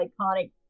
iconic